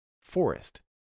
forest